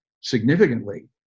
significantly